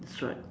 that's right